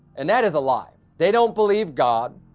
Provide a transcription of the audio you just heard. and that is a lie. they don't believe god.